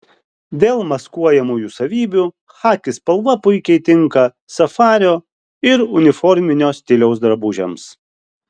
dėl maskuojamųjų savybių chaki spalva puikiai tinka safario ir uniforminio stiliaus drabužiams